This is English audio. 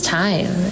time